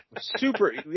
Super